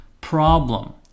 problem